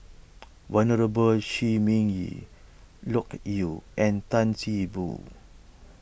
Venerable Shi Ming Yi Loke Yew and Tan See Boo